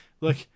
Look